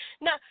Now